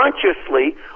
consciously